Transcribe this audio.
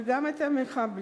וגם את המחבלים,